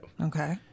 Okay